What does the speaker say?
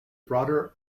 broader